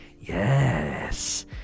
Yes